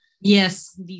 Yes